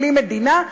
בלי מדינה,